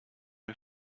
wir